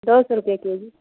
دو سو روپیہ کے جی